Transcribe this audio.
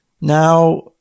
now